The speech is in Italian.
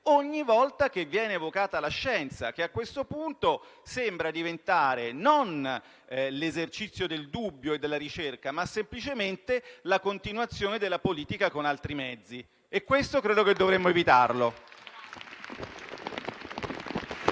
ogni volta che viene evocata la scienza, che a questo punto sembra diventare non l'esercizio del dubbio e della ricerca, ma semplicemente la continuazione della politica con altri mezzi. E questo credo che dovremmo evitarlo.